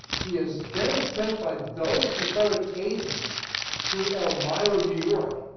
he is then sent by those confederate agents to elmira, new york,